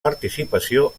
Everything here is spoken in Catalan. participació